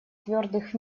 твердых